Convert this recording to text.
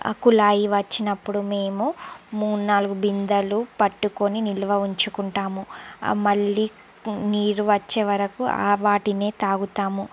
ఆ కులాయి వచ్చినప్పుడు మేము మూడు నాలుగు బిందెలు పట్టుకొని నిల్వ ఉంచుకుంటాము అ మళ్ళీ నీరు వచ్చేవరకు ఆ వాటినే తాగుతాము